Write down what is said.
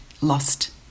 lost